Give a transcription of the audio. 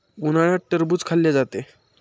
उन्हाळ्यात टरबूज खाल्ले जाते